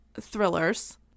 thrillers